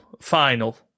final